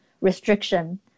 restriction